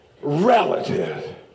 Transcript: relative